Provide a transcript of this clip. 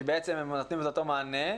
כי בעצם הם נותנים אותו מענה,